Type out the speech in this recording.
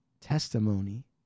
testimony